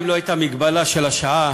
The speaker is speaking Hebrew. אם לא הייתה מגבלה של השעה